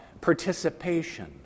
participation